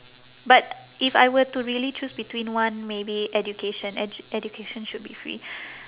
but if I were to really choose between one maybe education edu~ education should be free